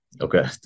Okay